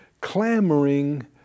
clamoring